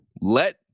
Let